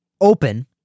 open